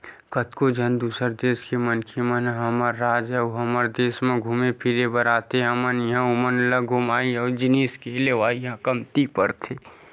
कतको झन दूसर देस के मनखे मन ह हमर राज अउ हमर देस म घुमे फिरे बर आथे हमर इहां ओमन ल घूमई अउ जिनिस के लेवई ह कमती परथे